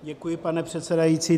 Děkuji, pane předsedající.